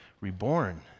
reborn